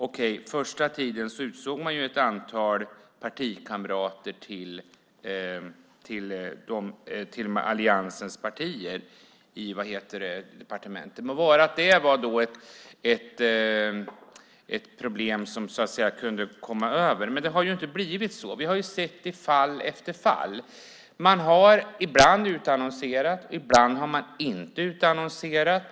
Okej - första tiden utsåg man i departementet ett antal kamrater till er i alliansens partier. Det må vara att det var ett problem som man som man så att säga kunde komma över. Men det har ju inte blivit som man sagt. Det har vi sett i fall efter fall. Ibland har man utannonserat. Ibland har man inte utannonserat.